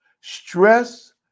Stress